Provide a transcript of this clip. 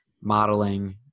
modeling